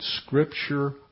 Scripture